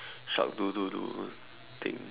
shark do do do thing